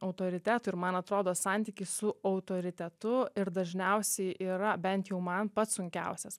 autoritetų ir man atrodo santykį su autoritetu ir dažniausiai yra bent jau man pats sunkiausias